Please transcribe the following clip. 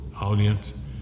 audience